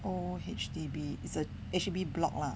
old H_D_B is a H_D_B block lah